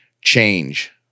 change